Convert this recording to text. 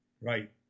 right